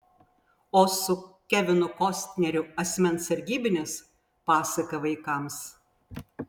o su kevinu kostneriu asmens sargybinis pasaka vaikams